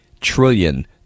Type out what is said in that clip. trillion